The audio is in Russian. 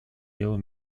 делу